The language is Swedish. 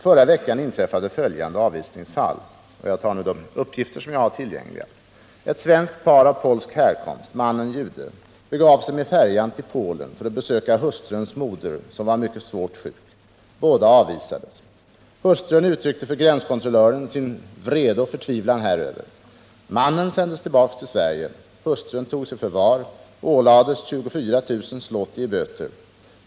Förra veckan inträffade följande avvisningsfall—jag redogör nu för de uppgifter som jag har tillgängliga: Polen för att besöka hustruns moder, som var mycket svårt sjuk. Båda” avvisades. Hustrun uttryckte för gränskontrollören sin vrede och förtvivlan häröver. Mannen sändes tillbaka till Sverige. Hustrun togs i förvar och ålades 24 000 zloty i böter.